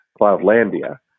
Cloudlandia